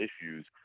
issues